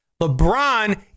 LeBron